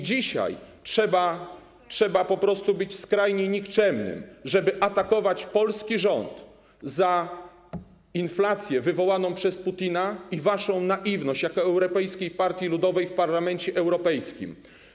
Dzisiaj trzeba być po prostu skrajnie nikczemnym, żeby atakować polski rząd za inflację wywołaną przez Putina i waszą naiwność jako Europejskiej Partii Ludowej w Parlamencie Europejskim.